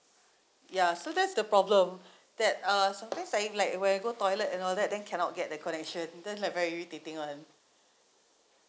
ya so that's the problem that uh sometimes like if I when I go toilet and all that then cannot get the connection then like very irritating one